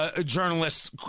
Journalists